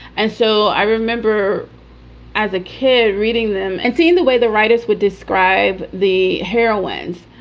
and so i remember as a kid reading them and seeing the way the writers would describe the heroines